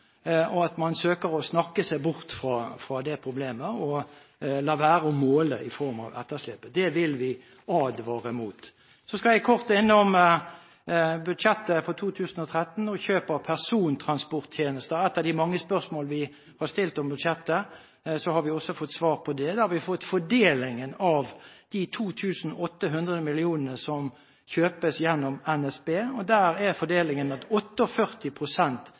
at man søker å snakke seg bort fra det problemet og lar være å måle etterslepet. Det vil vi advare mot. Så skal jeg kort innom budsjettet for 2013 og kjøp av persontransporttjenester, et av de mange spørsmål vi har stilt om budsjettet. Vi har også fått svar på det. Vi har fått fordelingen av de 2 900 mill. kr som det kjøpes for gjennom NSB. Der er fordelingen at